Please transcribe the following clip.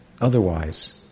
otherwise